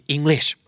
English